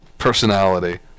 personality